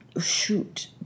shoot